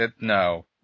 no